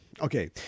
okay